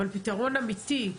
אבל פתרון אמיתי.